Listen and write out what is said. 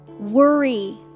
worry